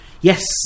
yes